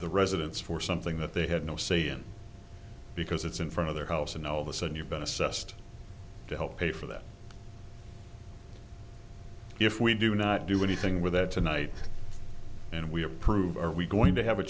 the residents for something that they had no say in because it's in front of their house and all this and you've been assessed to help pay for that if we do not do anything with that tonight and we approve are we going to have a